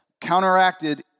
counteracted